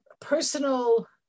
personal